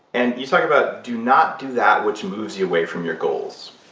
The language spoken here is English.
and you talk about, do not do that which moves you away from your goals.